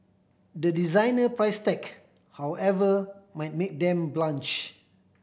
the designer price tag however might make them blanch